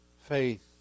faith